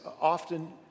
often